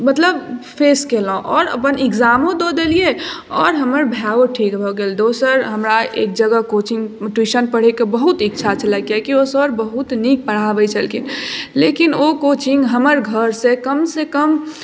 मतलब फेस केलहुँ आओर अपन एक्जामो दऽ देलियै आओर हमर भायो ठीक भऽ गेल दोसर हमरा एक जगह कोचिंग ट्यूशन पढ़ैक बहुत इच्छा छलै कियाकी ओ सर बहुत नीक पढ़ाबैत छलखिन लेकिन ओ कोचिंग हमर घरसँ कमसँ कम